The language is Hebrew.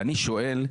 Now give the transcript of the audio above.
אני שואל,